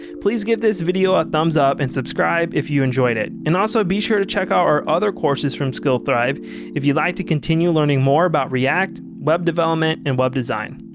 please give this video a thumbs up and subscribe if you enjoyed it and also be sure to check out our other courses from skillthrive if you'd like to continue learning more about react, web development, and web design.